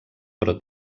però